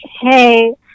hey